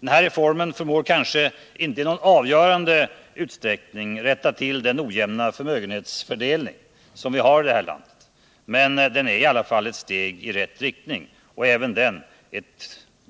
Den här reformen förmår kanske inte att i någon avgörande grad rätta till den ojämna förmögenhetsfördelning som vi har i det här landet. Men den är i alla fall ett steg i rätt riktning. Även den reformen